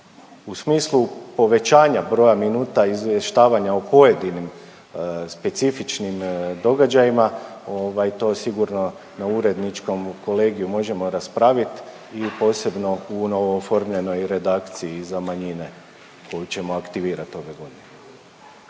U smislu povećanja broja minuta i izvještavanja o pojedinim specifičnim događajima, ovaj, to sigurno na uredničkom kolegiju možemo raspraviti i posebno u novooformljenoj redakciji za manjine koju ćemo aktivirati ove godine.